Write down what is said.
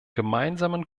gemeinsamen